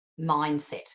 Mindset